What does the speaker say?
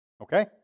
Okay